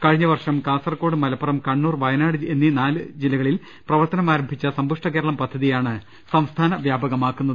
കഴിഞ്ഞ വർഷം കാസർകോട് മലപ്പുറം കണ്ണൂർ വയനാട് എന്നീ നാലു ജില്ലകളിൽ പ്രവർത്തനം ആരംഭിച്ച സമ്പുഷ്ട കേരളം പദ്ധതി യാണ് സംസ്ഥാന വ്യാപകമാക്കുന്നത്